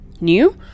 new